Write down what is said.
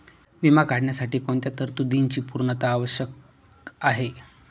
विमा काढण्यासाठी कोणत्या तरतूदींची पूर्णता आवश्यक आहे?